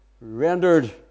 rendered